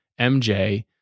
MJ